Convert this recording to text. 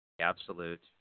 absolute